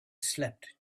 slept